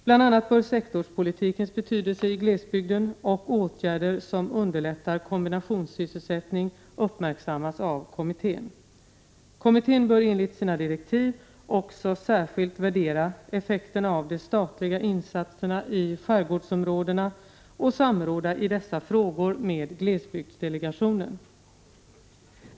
Bl.a. bör sektorspolitikens betydelse i glesbygden och åtgärder som underlättar kombinationssysselsättning uppmärksammas av kommittén. Kommittén bör enligt sina direktiv också särskilt värdera effekterna av de statliga insatserna i skärgårdsområdena och samråda i dessa frågor med glesbygdsdelegationen.